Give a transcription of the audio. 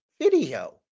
video